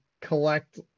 collect